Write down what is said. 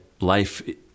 life